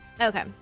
Okay